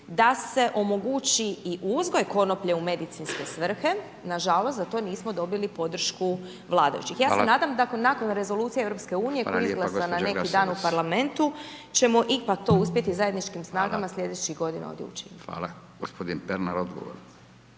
da se omogući i uzgoj konoplje u medicinske svrhe, nažalost za to nismo dobili podršku vladajućih. Ja se nadam da nakon Rezolucije EU-a koja je izglasana neki dan u Parlamentu ćemo ipak to uspjeti zajedničkim snagama slijedećih godina ovdje učiniti. **Radin, Furio